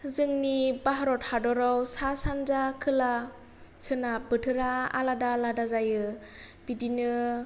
जोंनि भारत हादराव सा सानजा खोला सोनाब बोथोरा आलादा आलादा जायो बिदिनो